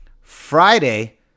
friday